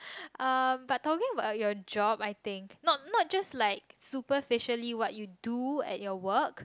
um but talking about your job I think not not just like superficially what you do at your work